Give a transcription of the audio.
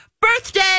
birthday